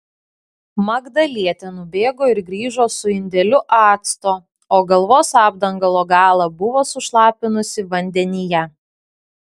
magdalietė nubėgo ir grįžo su indeliu acto o galvos apdangalo galą buvo sušlapinusi vandenyje